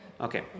Okay